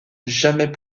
jamais